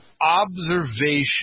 Observation